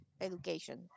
education